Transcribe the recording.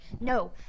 no